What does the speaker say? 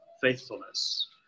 faithfulness